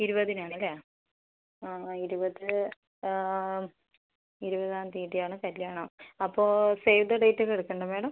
ഇരുപതിന് ആണ് അല്ലേ ആ ആ ഇരുപത് ഇരുപതാം തീയതി ആണ് കല്ല്യാണം അപ്പോൾ സേവ് ദി ഡേറ്റ് ഒക്കെ എടുക്കണ്ടേ മാഡം